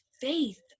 faith